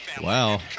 Wow